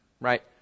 right